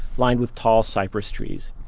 lined with tall cypress trees.